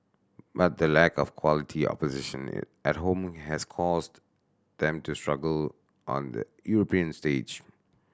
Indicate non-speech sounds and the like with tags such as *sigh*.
but the lack of quality opposition *unintelligible* at home has caused them to struggle on the European stage